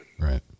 Right